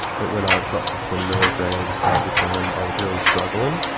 but when i got to twenty milligrams diazepam i was really struggling,